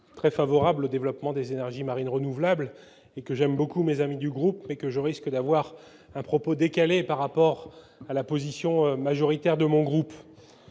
très favorable au développement des énergies marines renouvelables et que j'aime beaucoup mes amis du groupe et que je risque d'avoir un propos décalés par rapport à la position majoritaire de mon groupe,